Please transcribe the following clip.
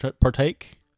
partake